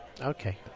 Okay